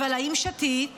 אבל האם שתית?